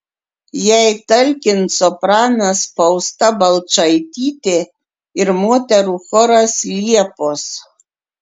jai talkins sopranas fausta balčaitytė ir moterų choras liepos